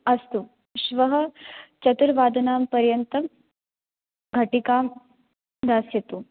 अस्तु श्वः चतुर्वादनां पर्यन्तं घटिकां दास्यतु